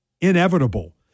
inevitable